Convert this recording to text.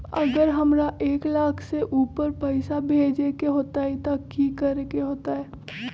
अगर हमरा एक लाख से ऊपर पैसा भेजे के होतई त की करेके होतय?